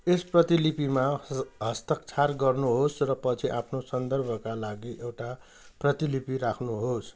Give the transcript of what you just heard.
यस प्रतिलिपिमा हस् हस्ताक्षर गर्नुहोस् र पछि आफ्नो सन्दर्भका लागि एउटा प्रतिलिपि राख्नुहोस्